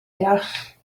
deall